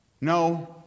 No